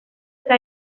eta